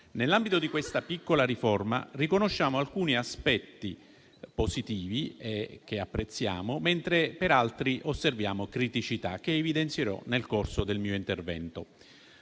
Nell'ambito di questa piccola riforma, riconosciamo alcuni aspetti positivi che apprezziamo, mentre per altri osserviamo criticità, che evidenzierò nel corso del mio intervento.